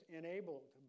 enabled